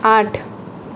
आठ